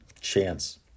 chance